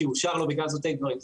כי אושר לו בגלל זוטי דברים.